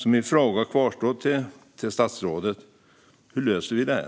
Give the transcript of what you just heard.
Min fråga till statsrådet kvarstår därför: Hur löser vi det här?